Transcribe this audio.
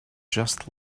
just